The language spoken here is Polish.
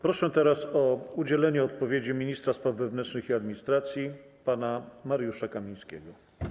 Proszę teraz o udzielenie odpowiedzi ministra spraw wewnętrznych i administracji pana Mariusza Kamińskiego.